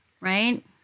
Right